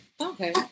okay